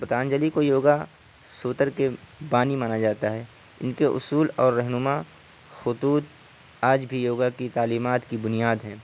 پتانجلی کو یوگا سوتر کے بانی مانا جاتا ہے ان کے اصول اور رہنما خطوط آج بھی یوگا کی تعلیمات کی بنیاد ہیں